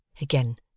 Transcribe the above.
again